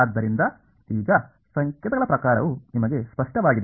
ಆದ್ದರಿಂದ ಇದು ಅನೇಕ ಆಯಾಮಗಳಿಗೆ ಅನುಗುಣವಾದ ಪ್ರಚೋದನೆಯ ಪ್ರತಿಕ್ರಿಯೆಯಾಗಿರುತ್ತದೆ ಅದು ಒಂದೇ ಕಲ್ಪನೆ